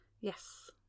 yes